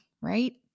right